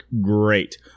great